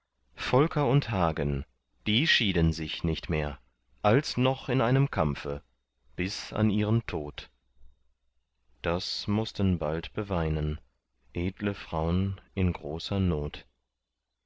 volker und hagen die schieden sich nicht mehr als noch in einem kampfe bis an ihren tod das mußten bald beweinen edle fraun in großer not